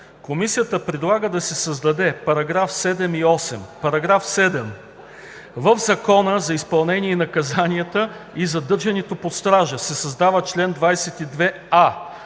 Комисията предлага да се създадат параграфи 7 и 8: „§ 7. В Закона за изпълнение на наказанията и задържането под стража се създава чл. 22а: